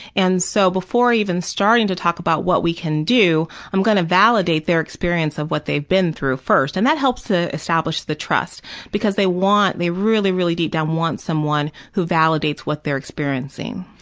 and so before even starting to talk about what we can do, i'm going to validate their experience of what they've been through first, and that helps ah establish the trust because they want, they really, really deep down want someone who validates what they're experiencing.